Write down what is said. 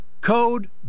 code